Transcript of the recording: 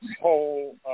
whole